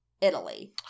Italy